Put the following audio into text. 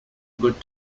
good